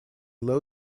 low